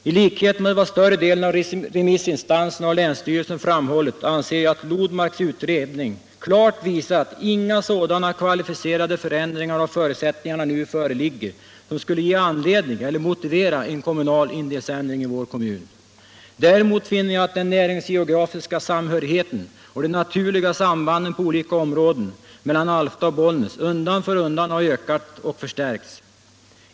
I likhet med vad större delen av remissinstanserna och länsstyrelsen framhållit anser jag att Lodmarks utredning klart visar, att inga sådana kvalificerade förändringar av förutsättningarna föreligger som skulle ge anledning till eller motivera en indelningsändring av vår kommun. Däremot finner jag att den näringsgeografiska samhörigheten och de naturliga sambanden på olika områden mellan Alfta och Bollnäs undan för undan har ökat och förstärkts.